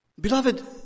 Beloved